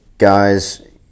guys